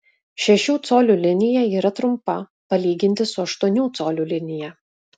šešių colių linija yra trumpa palyginti su aštuonių colių linija